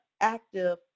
active